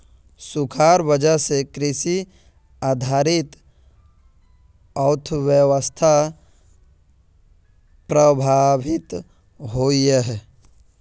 सुखार वजह से कृषि आधारित अर्थ्वैवास्था प्रभावित होइयेह